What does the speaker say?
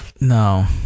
No